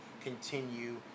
continue